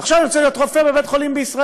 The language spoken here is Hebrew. עכשיו אני רוצה להיות רופא בבית-חולים בישראל,